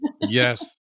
Yes